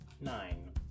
Nine